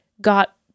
got